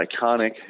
iconic